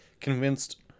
convinced